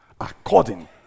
according